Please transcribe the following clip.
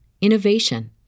innovation